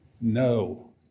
no